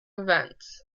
events